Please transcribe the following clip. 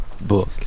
Book